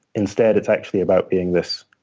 instead, it's actually about being this